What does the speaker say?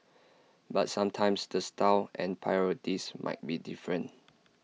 but sometimes the style and priorities might be different